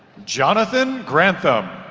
jonathan grantham